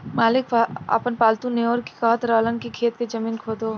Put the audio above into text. मालिक आपन पालतु नेओर के कहत रहन की खेत के जमीन खोदो